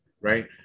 right